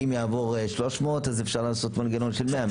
אם יעבור 300 אז אפשר לעשות מנגנון של 100 מיליון.